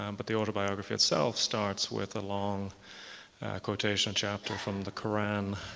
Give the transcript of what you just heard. um but the autobiography itself starts with a long quotation chapter from the koran.